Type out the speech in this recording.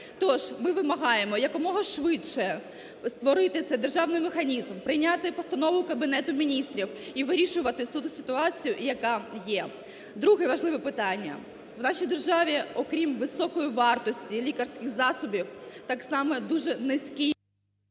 Тож ми вимагаємо якомога швидше створити цей державний механізм, прийняти постанову Кабінету Міністрів і вирішувати ситуацію, яка є. Друге важливе питання. У нашій державі, окрім високої вартості лікарських засобів, так само дуже низький…